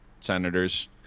senators